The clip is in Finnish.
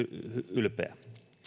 ylpeä